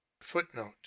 footnote